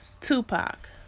Tupac